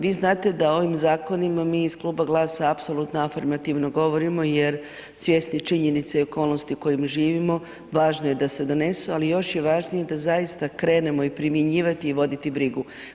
Vi znate da ovim zakonima mi iz Kluba GLAS-a apsolutno afirmativno govorimo jer svjesni činjenice i okolnosti u kojim živimo važno je da se donesu, ali još je važnije da zaista krenemo i primjenjivati ih i voditi brigu.